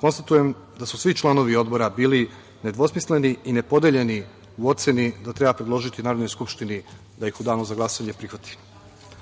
konstatujem da su svi članovi Odbora bili nedvosmisleni i nepodeljeni u oceni da treba predložiti Narodnoj Skupštini da ih u danu za glasanje prihvati. Poštovani